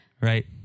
Right